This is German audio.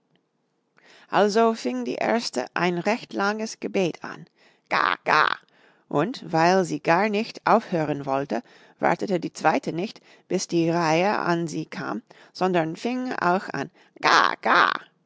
also fing die erste ein recht langes gebet an ga ga und weil sie gar nicht aufhören wollte wartete die zweite nicht bis die reihe an sie kam sondern fing auch an ga ga